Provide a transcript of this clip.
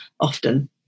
often